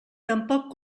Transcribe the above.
tampoc